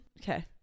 Okay